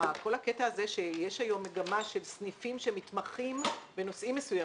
כל הקטע שיש היום מגמה של סניפים שמתמחים בנושאים מסוימים,